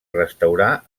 restaurar